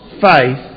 faith